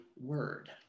word